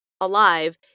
alive